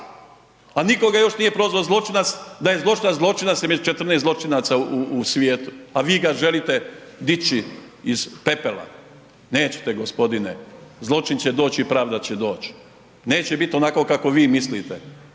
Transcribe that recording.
a nitko ga još nije prozvao zločinca, da je zločinac zločinac između 14 zločinaca u svijetu, a vi ga želite dići iz pepela. Nećete gospodine zločin će doć i pravda će doć. Neće bit onako vi mislite